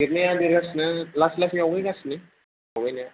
देरनाया देरगासिनो लासै लासै आवगायगासिनो आवगायनाया